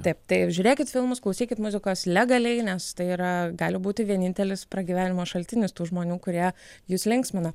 taip tai žiūrėkit filmus klausykit muzikos legaliai nes tai yra gali būti vienintelis pragyvenimo šaltinis tų žmonių kurie jus linksmina